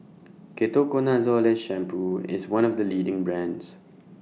Ketoconazole Shampoo IS one of The leading brands